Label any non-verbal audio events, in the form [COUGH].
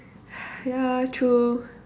[NOISE] ya true